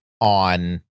on